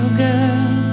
girl